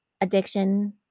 addiction